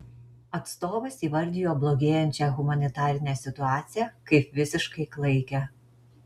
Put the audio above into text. atstovas įvardijo blogėjančią humanitarinę situaciją kaip visiškai klaikią